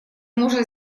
можно